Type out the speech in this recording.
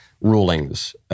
rulings